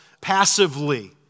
passively